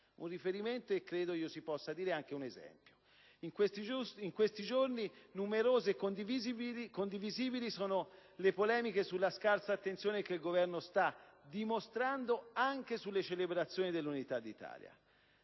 fatti e credo si possa dire che è anche un esempio. In questi giorni numerose e condivisibili sono le polemiche in corso sulla scarsa attenzione che il Governo sta dimostrando anche riguardo alle celebrazioni dell'Unità d'Italia: